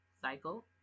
cycle